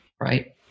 right